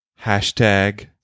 Hashtag